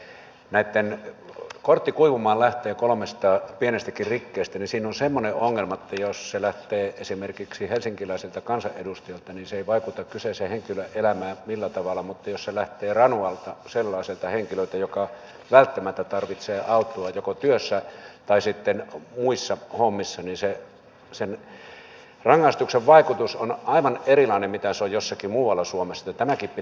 jos lähtee kortti kuivumaan kolmesta pienestäkin rikkeestä niin siinä on semmoinen ongelma että jos se lähtee esimerkiksi helsinkiläiseltä kansanedustajalta niin se ei vaikuta kyseisen henkilön elämään millään tavalla mutta jos se lähtee ranualta sellaiselta henkilöltä joka välttämättä tarvitsee autoa joko työssä tai sitten muissa hommissa niin sen rangaistuksen vaikutus on aivan erilainen kuin se on jossain muualla suomessa niin että tämäkin pitäisi ottaa huomioon